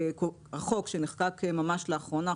שנחקק ממש לאחרונה,